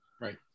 Right